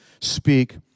speak